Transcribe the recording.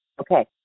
Okay